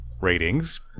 ratings